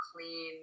clean